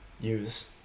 use